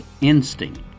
instinct